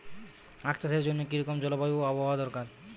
আখ চাষের জন্য কি রকম জলবায়ু ও আবহাওয়া দরকার?